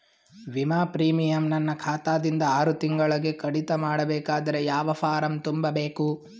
ವಿಮಾ ಪ್ರೀಮಿಯಂ ನನ್ನ ಖಾತಾ ದಿಂದ ಆರು ತಿಂಗಳಗೆ ಕಡಿತ ಮಾಡಬೇಕಾದರೆ ಯಾವ ಫಾರಂ ತುಂಬಬೇಕು?